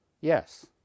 Yes